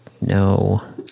no